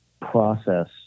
process